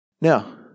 Now